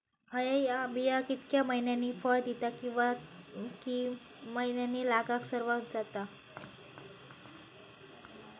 हया बिया कितक्या मैन्यानी फळ दिता कीवा की मैन्यानी लागाक सर्वात जाता?